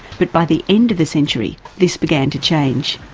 but by the end of the century this began to change.